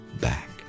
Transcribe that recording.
back